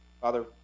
Father